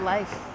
Life